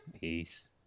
peace